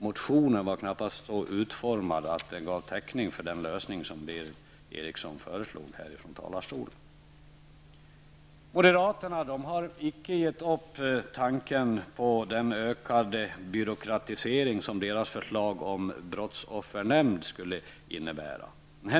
Motionen var knappast så utformad att den gav täckning för den lösning som Berith Eriksson föreslog från talarstolen. Moderaterna har icke gett upp tanken på den ökade byråkratisering som deras förslag om en brottsoffernämnd skulle innebära.